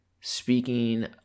speaking